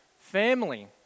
family